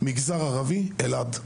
מגזר ערבי ואלעד.